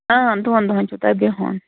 دۄہَن دۄہَن چھُو تۄہہِ بِہُن